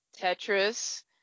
Tetris